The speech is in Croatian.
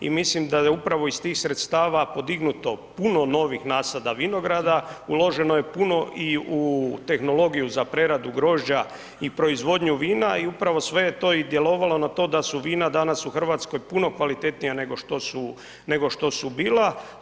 I mislim da je upravo iz tih sredstava podignuto puno novih nasada vinograda, uloženo je puno i u tehnologiju za preradu grožđa i proizvodnju vina i upravo sve je to i djelovalo na to da su vina danas u Hrvatskoj puno kvalitetnija nego što su bila.